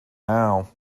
now